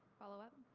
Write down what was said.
follow-up.